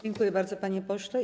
Dziękuję bardzo, panie pośle.